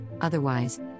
otherwise